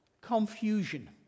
Confusion